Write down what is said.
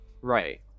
Right